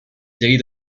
série